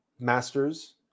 Masters